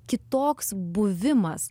kitoks buvimas